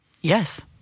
Yes